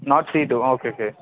Nord C two okay okay